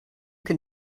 can